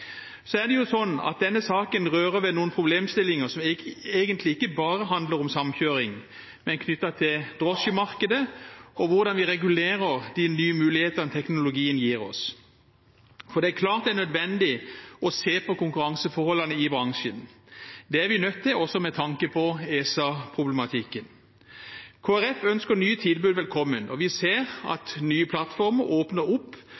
Denne saken rører ved noen problemstillinger som egentlig ikke bare handler om samkjøring, men som er knyttet til drosjemarkedet og hvordan vi regulerer de nye mulighetene teknologien gir oss, for det er klart at det er nødvendig å se på konkurranseforholdene i bransjen. Det er vi nødt til å gjøre, også med tanke på ESA-problematikken. Kristelig Folkeparti ønsker nye tilbud velkommen, og vi ser at nye plattformer åpner opp